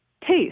taste